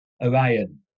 Orion